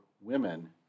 women